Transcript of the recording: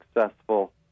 successful